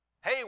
Hey